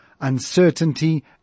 uncertainty